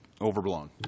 overblown